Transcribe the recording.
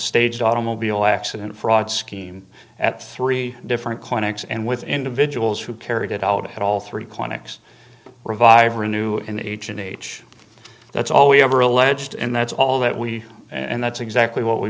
staged automobile accident fraud scheme at three different clinics and with individuals who carried it out all three clinics revive renew in each an age that's all we have or alleged and that's all that we and that's exactly what we